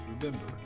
remember